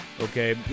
Okay